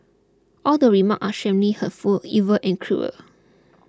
all the remarks are extremely hurtful evil and cruel